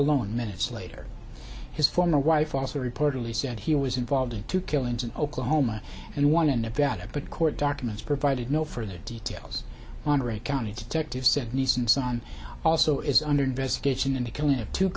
alone minutes later his former wife also reportedly said he was involved in two killings in oklahoma and one in nevada but court documents provided no further details on or a county detective said neeson son also is under investigation in the killing of two